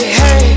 hey